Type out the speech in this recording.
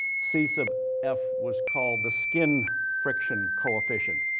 c sub f was called the skin friction coefficient.